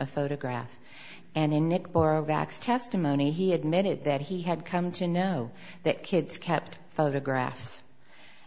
a photograph and in it borrow vacs testimony he admitted that he had come to know that kids kept photographs